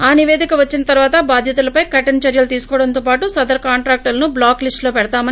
ఆ నివేదిక వచ్చిన తర్వాత బాధ్యులపై కఠిన చర్యలు తీసుకోవడంతో పాటు సదరు కాంట్రాక్టర్ను బ్లాక్ లిస్టులో పెడతామని చెప్పారు